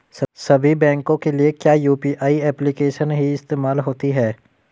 सभी बैंकों के लिए क्या यू.पी.आई एप्लिकेशन ही इस्तेमाल होती है?